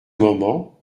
moment